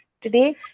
today